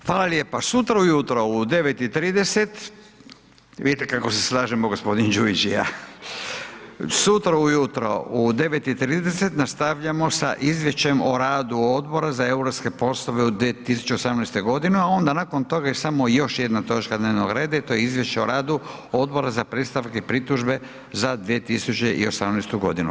Hvala lijepa, sutra ujutro u 9,30, vidite kako se slažemo g. Đujić i ja, sutra ujutro u 9,30 nastavljamo sa Izvješćem o radu Odbora za europske poslove u 2018. godini a onda nakon toga je samo još jedna točka dnevnog reda i to je Izvješće o radu Odbora za predstavke i pritužbe za 2018. godinu.